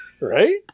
Right